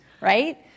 right